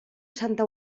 santa